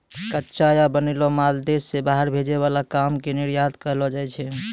कच्चा या बनैलो माल देश से बाहर भेजे वाला काम के निर्यात कहलो जाय छै